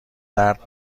درد